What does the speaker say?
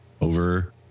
over